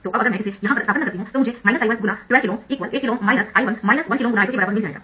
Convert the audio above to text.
तो अब अगर मैं इसे यहाँ पर स्थानापन्न करती हूँ तो मुझे I1×12 KΩ 8 KΩ ×I1 1 KΩ ×I2 के बराबर मिल जाएगा